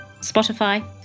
Spotify